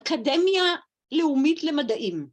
‫אקדמיה לאומית למדעים.